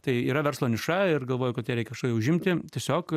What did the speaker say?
tai yra verslo niša ir galvoju kad ją reikia užimti tiesiog